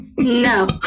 No